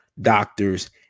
doctors